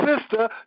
sister